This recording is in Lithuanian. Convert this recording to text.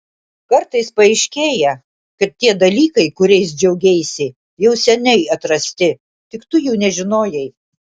kartais paaiškėja kad tie dalykai kuriais džiaugeisi jau seniai atrasti tik tu jų nežinojai